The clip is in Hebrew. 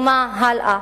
ומה הלאה.